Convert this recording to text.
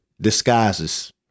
disguises